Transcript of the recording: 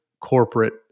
corporate